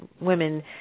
women